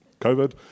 COVID